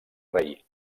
rei